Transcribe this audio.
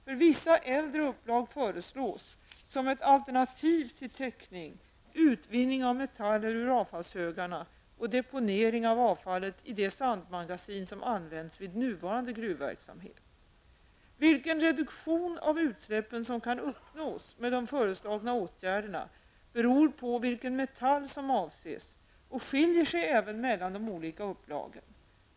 För vissa äldre upplag föreslås, som ett alternativ till täckning, utvinning av metaller ur avfallshögarna och deponering av avfallet i de sandmagasin som används vid nuvarande gruvverksamhet. Vilken reduktion av utsläppen som kan uppnås med de föreslagna åtgärderna beror på vilken metall som avses och skiljer sig även mellan de olika upplagen.